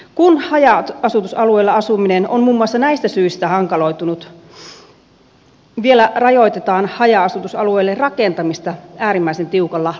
kun haja asutusalueella asuminen on muun muassa näistä syistä hankaloitunut vielä rajoitetaan haja asutusalueelle rakentamista äärimmäisen tiukalla lupapolitiikalla